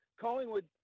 Collingwood